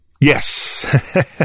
Yes